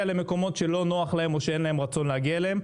למקומות שלא נוח להם או שאין להם רצון להגיע אליהם.